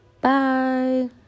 Bye